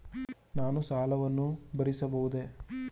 ನಾನು ಸಾಲವನ್ನು ಭರಿಸಬಹುದೇ?